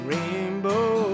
Rainbow